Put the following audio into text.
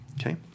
Okay